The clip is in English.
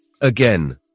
Again